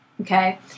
Okay